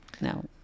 No